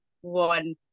one